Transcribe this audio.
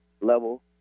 level